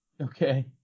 Okay